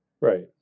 Right